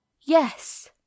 Yes